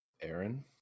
Aaron